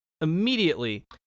immediately